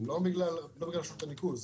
לא בגלל רשות הניקוז.